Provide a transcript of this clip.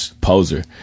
poser